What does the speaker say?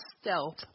stealth